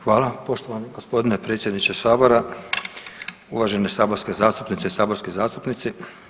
Hvala poštovani gospodine predsjedniče Sabora, uvažene saborske zastupnice i saborski zastupnici.